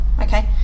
Okay